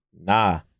Nah